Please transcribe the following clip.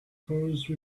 propose